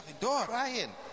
crying